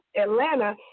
Atlanta